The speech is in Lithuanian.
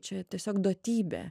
čia tiesiog duotybė